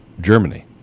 Germany